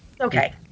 okay